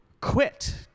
quit